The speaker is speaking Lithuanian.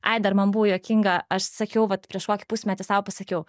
ai dar man buvo juokinga aš sakiau vat prieš kokį pusmetį sau pasakiau